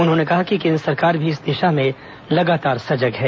उन्होंने कहा कि केन्द्र सरकार भी इस दिशा में लगातार सजग है